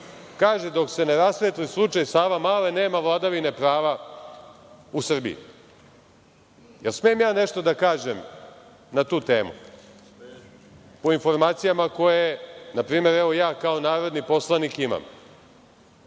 Kaže dok se ne rasvetli slučaj Savamale nema vladavine prava u Srbije. Jel smem ja nešto da kažem na tu temu, po informacijama koje ja kao narodni poslanik imam?